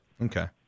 Okay